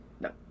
No